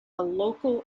local